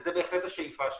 וזו בהחלט השאיפה שלנו.